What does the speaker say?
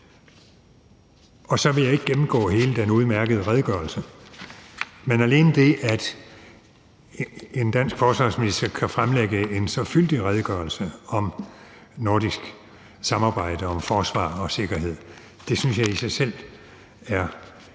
Og så vil jeg ikke gennemgå hele den udmærkede redegørelse, men alene det, at en dansk forsvarsminister kan fremlægge en så fyldig redegørelse om nordisk samarbejde om forsvar og sikkerhed, synes jeg i sig selv er